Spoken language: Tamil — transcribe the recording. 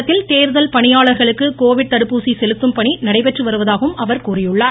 மாவட்டத்தில் தேர்தல் பணியாளர்களுக்கு கோவிட் தடுப்பூசி செலுத்தும்பணி நடைபெற்று வருவதாகவும் அவர் கூறியுள்ளார்